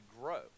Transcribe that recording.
grow